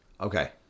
okay